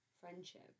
friendship